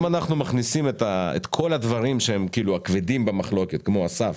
אם אנחנו מכניסים את כל הדברים הכבדים שבמחלוקת כמו הסף